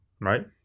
Right